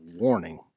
warning